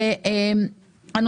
בעיניי,